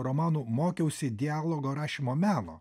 romanų mokiausi dialogo rašymo meno